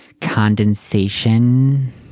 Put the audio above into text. condensation